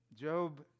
Job